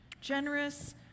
Generous